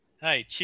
Hey